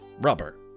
Rubber